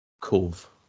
Cove